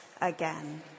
again